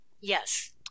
Yes